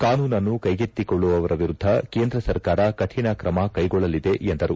ಕಾನೂನನ್ನು ಕೈಗೆತ್ತಿಕೊಳ್ಳುವವರ ವಿರುದ್ದ ಕೇಂದ್ರ ಸರ್ಕಾರ ಕಠಿಣ ಕ್ರಮ ಕೈಗೊಳ್ಳಲಿದೆ ಎಂದರು